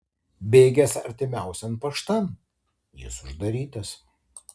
bėgęs artimiausian paštan jis uždarytas